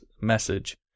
message